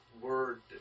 word